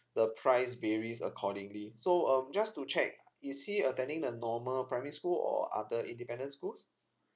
the price varies accordingly so um just to check is he attending the normal primary school or other independent schools